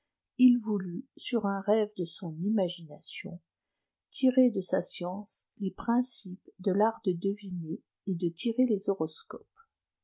il voulut sur un rêve de son jmagination tirer de sa science les principes de l'art de deviner et de tirer les horoscgpes